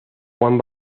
juan